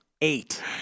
Eight